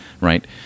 Right